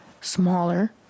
smaller